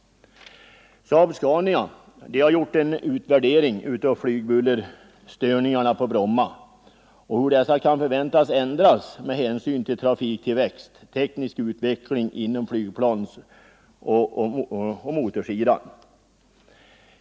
SAAB-Scania har gjort en utvärdering av flygbullerstörningarna på Bromma och av hur dessa kan förväntas ändras på grund av trafiktillväxten och den tekniska utvecklingen när det gäller flygplan och motorer.